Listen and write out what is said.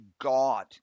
god